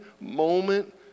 moment